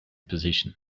position